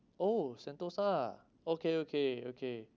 oh sentosa okay okay okay